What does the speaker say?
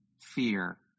fear